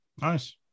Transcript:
Nice